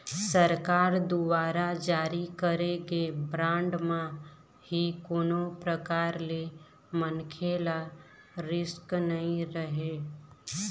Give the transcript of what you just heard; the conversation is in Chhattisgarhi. सरकार दुवारा जारी करे गे बांड म ही कोनो परकार ले मनखे ल रिस्क नइ रहय